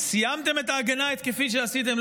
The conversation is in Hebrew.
סיימתם את ההגנה ההתקפית שעשיתם,